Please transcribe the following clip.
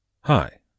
Hi